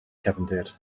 cefndir